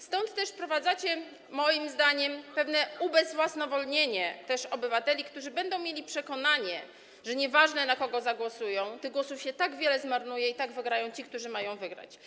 Stąd też wprowadzacie moim zdaniem pewne ubezwłasnowolnienie też obywateli, którzy będą mieli przekonanie, że nieważne, na kogo zagłosują, tych głosów się tak wiele zmarnuje, i tak wygrają ci, którzy mają wygrać.